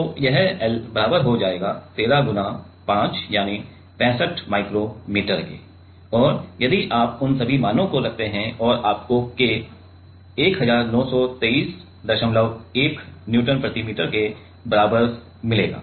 तो यह l बराबर हो जाएगा 13 × 5 यानि 65 माइक्रोमीटर और यदि आप उन सभी मानों को रखते हैं और आपको K 19231 न्यूटन प्रति मीटर के बराबर मिलेगा